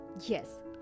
yes